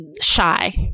shy